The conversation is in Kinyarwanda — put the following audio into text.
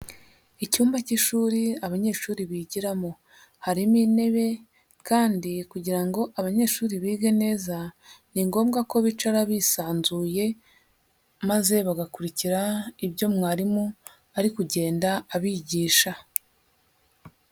Icyumba cy'ishuri abanyeshuri bigiramo, harimo intebe kandi kugira ngo abanyeshuri bige neza, ni ngombwa ko bicara bisanzuye maze bagakurikira ibyo mwarimu ari kugenda abigisha.